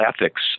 ethics